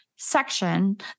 section